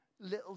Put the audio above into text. Little